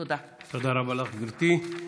תודה רבה לך, גברתי.